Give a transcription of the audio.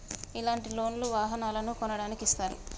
ఇలాంటి లోన్ లు వాహనాలను కొనడానికి ఇస్తారు